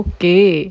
Okay